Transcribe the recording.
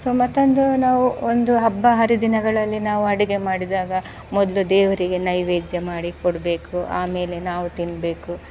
so ಮತ್ತೊಂದು ನಾವು ಒಂದು ಹಬ್ಬ ಹರಿದಿನಗಳಲ್ಲಿ ನಾವು ಅಡುಗೆ ಮಾಡಿದಾಗ ಮೊದಲು ದೇವರಿಗೆ ನೈವೇದ್ಯ ಮಾಡಿ ಕೊಡಬೇಕು ಆಮೇಲೆ ನಾವು ತಿನ್ನಬೇಕು